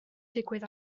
digwydd